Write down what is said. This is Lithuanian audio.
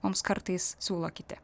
mums kartais siūlo kiti